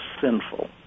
sinful